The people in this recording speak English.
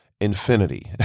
Infinity